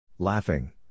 Laughing